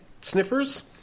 sniffers